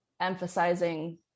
emphasizing